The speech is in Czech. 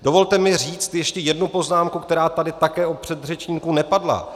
Dovolte mi říct ještě jednu poznámku, která tady také od předřečníků nepadla.